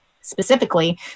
specifically